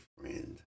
friend